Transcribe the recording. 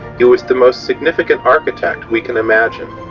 he was the most significant architect we can imagine.